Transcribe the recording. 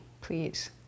please